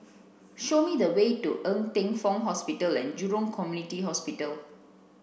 show me the way to Ng Teng Fong Hospital and Jurong Community Hospital